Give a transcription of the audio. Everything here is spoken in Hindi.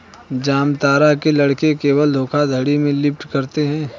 जामतारा के लड़के केवल धोखाधड़ी में लिप्त रहते हैं